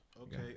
Okay